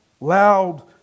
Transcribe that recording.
loud